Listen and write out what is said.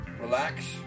relax